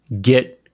get